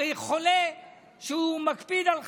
הרי חולה שמקפיד על חמץ,